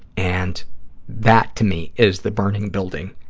and that, to me, is the burning building,